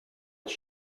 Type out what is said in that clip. być